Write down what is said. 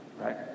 right